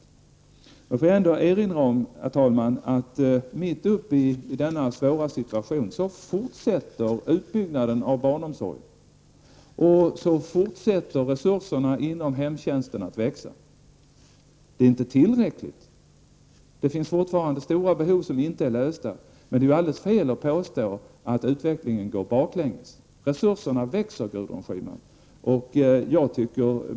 Får jag, herr talman, erinra om att mitt uppe i denna svåra situation fortsätter utbyggnaden av barnomsorgen, och resurserna inom hemtjänsten fortsätter att växa. Det är inte tillräckligt. Det finns fortfarande stora behov som inte är tillgodosedda, men det är alldeles fel att påstå att utvecklingen går baklänges. Resurserna växer, Gudrun Schyman.